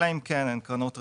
אלא אם כן הן קרנות רציניות,